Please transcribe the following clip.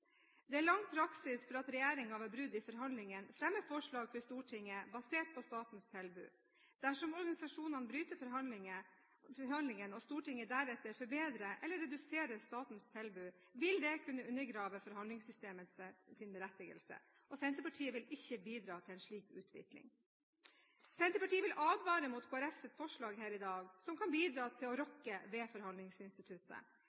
Det er lang praksis for at regjeringen ved brudd i forhandlingene fremmer forslag for Stortinget basert på statens tilbud. Dersom organisasjonene bryter forhandlingene og Stortinget deretter forbedrer eller reduserer statens tilbud, vil det kunne undergrave forhandlingssystemets berettigelse. Senterpartiet vil ikke bidra til en slik utvikling. Senterpartiet vil advare mot Kristelig Folkepartis forslag her i dag, som kan bidra til å